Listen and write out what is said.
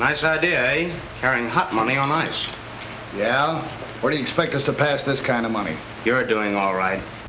nice idea a hot money on ice yeah where do you expect us to pass this kind of money you're doing all right